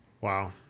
Wow